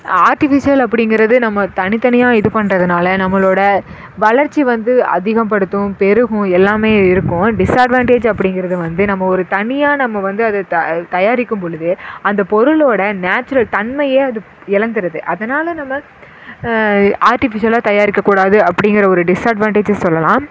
artificial அப்படிங்கிறது நம்ம தனித்தனியாக இது பண்றதனால நம்மளோட வளர்ச்சி வந்து அதிகப்படுத்தும் பெருகும் எல்லாமே இருக்கும் டிஸ்அட்வான்டேஜ் அப்படிங்கிறது வந்து நம்ம ஒரு தனியாக நம்ம வந்து அது தயாரிக்கும் பொழுது அந்த பொருளோட நேச்சுரல் தன்மையே அது இழந்துருது அதனால் நம்ம ஆர்ட்டிஃபிஷியலாக தயாரிக்கக்கூடாது அப்படிங்கிற ஒரு டிஸ்அட்வான்டேஜ் சொல்லலாம்